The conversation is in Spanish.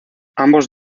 ambos